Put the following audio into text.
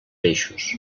peixos